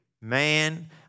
Man